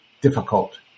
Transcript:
difficult